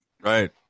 Right